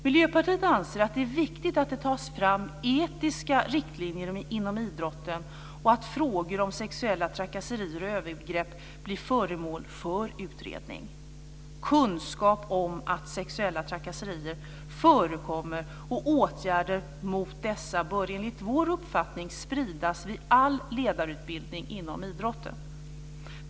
Miljöpartiet anser att det är viktigt att det tas fram etiska riktlinjer inom idrotten och att frågor om sexuella trakasserier och övergrepp blir föremål för utredning. Kunskap om att sexuella trakasserier förekommer och åtgärder mot dessa bör enligt vår uppfattning spridas vid all ledarutbildning inom idrotten.